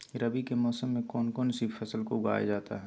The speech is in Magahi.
रवि के मौसम में कौन कौन सी फसल को उगाई जाता है?